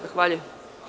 Zahvaljujem.